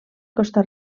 costa